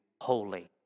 holy